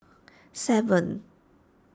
seven